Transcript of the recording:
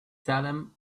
salem